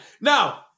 Now